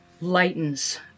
lightens